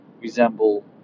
resemble